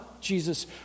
jesus